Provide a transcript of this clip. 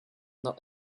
not